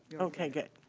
okay, good.